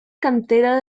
cantera